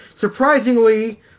Surprisingly